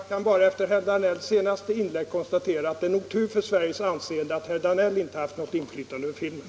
Herr talman! Efter Danells senaste inlägg vill jag konstatera att det nog är tur för Sveriges anseende att herr Danell inte haft något inflytande över filmen.